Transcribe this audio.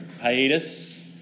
hiatus